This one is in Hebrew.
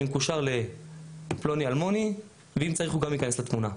אני מקושר לפלוני אלמוני ואם צריך הוא גם ייכנס לתמונה.